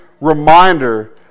reminder